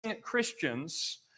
Christians